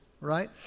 right